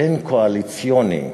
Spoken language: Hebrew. הבין-קואליציוני,